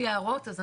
הוא